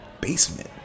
basement